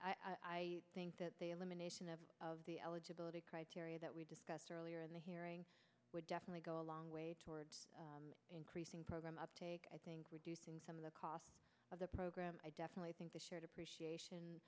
i think that the elimination of of the eligibility criteria that we discussed earlier in the hearing would definitely go a long way towards increasing program uptake i think reducing some of the cost of the program i definitely think the shared appreciation